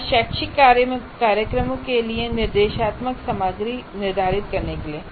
या शैक्षिक कार्यक्रमों के लिए निर्देशात्मक सामग्री निर्धारित करने के लिए